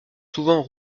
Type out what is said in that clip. souvent